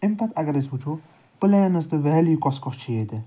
اَمہِ پَتہٕ اَگر أسۍ وُچھُو پٕلینٕز تہٕ ویلی کۄس کۄس چھِ ییٚتہِ